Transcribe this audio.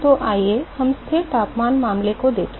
तो आइए हम स्थिर तापमान मामले को देखें